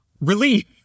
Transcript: Relief